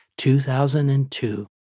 2002